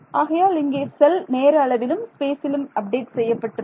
ஆகையால் இங்கே செல் நேர அளவிலும் ஸ்பேசிலும் அப்டேட் செய்யப்பட்டுள்ளது